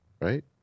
right